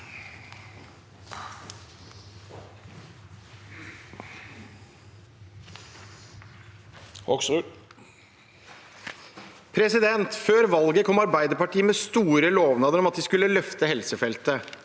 «Før valget kom Ar- beiderpartiet med store lovnader om at de skulle løfte helsefeltet.